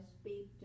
speak